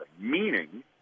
meaning